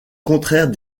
contraire